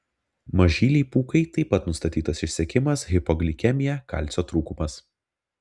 mažylei pūkai taip pat nustatytas išsekimas hipoglikemija kalcio trūkumas